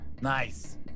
Nice